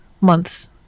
months